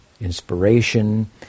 inspiration